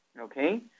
okay